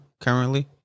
currently